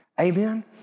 Amen